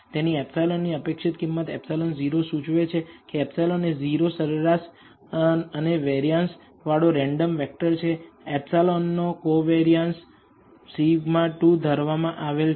તેથી ε ની અપેક્ષિત કિંમત ε 0 સૂચવે છે ε એ 0 સરેરાશ અને વરિયાન્સ વાળો રેન્ડમ વેક્ટર છે ε નો કોવેરીયાંસ σ2 ધરવામાં આવેલ છે